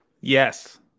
Yes